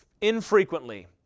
infrequently